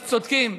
אז צודקים.